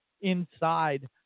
inside